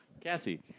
Cassie